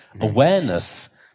Awareness